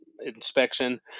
inspection